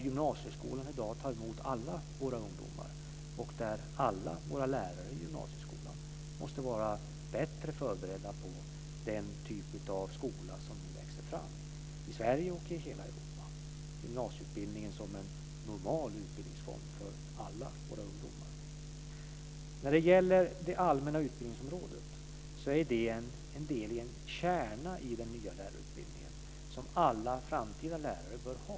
Gymnasieskolan tar i dag emot alla våra ungdomar, och alla våra lärare i gymnasieskolan måste vara bättre förberedda på den typ av skola som nu växer fram i Sverige och i hela Europa. Gymnasieutbildningen är en normal utbildningsform för alla våra ungdomar. När det gäller det allmänna utbildningsområdet är det en del i en kärna i den nya lärarutbildningen som alla framtida lärare bör ha.